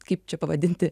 kaip čia pavadinti